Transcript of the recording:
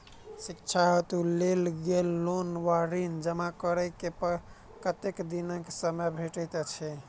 शिक्षा हेतु लेल गेल लोन वा ऋण जमा करै केँ कतेक दिनक समय भेटैत अछि?